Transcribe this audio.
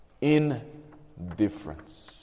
indifference